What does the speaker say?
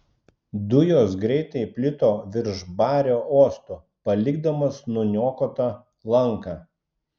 dujos greitai plito virš bario uosto palikdamos nuniokotą lanką